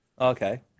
Okay